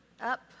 up